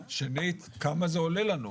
שנית, כמה זה עולה לנו?